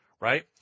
Right